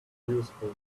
useful